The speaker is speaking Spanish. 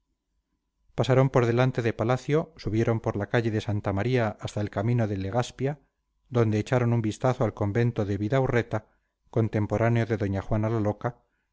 pasaron por delante de palacio subieron por la calle de santa maría hasta el camino de legaspia donde echaron un vistazo al convento de bidaurreta contemporáneo de doña juana la loca